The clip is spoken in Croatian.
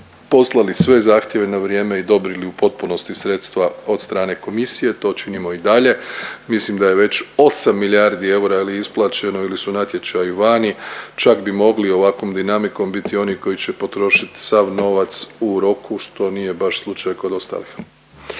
Poslali sve zahtjeve na vrijeme i dobili u potpunosti sredstva od strane komisije. To činimo i dalje. Mislim da je već 8 milijardi eura ili isplaćeno ili su natječaji vani. Čak bi mogli ovakvom dinamikom biti oni koji će potrošit sav novac u roku, što nije baš slučaj kod ostalih.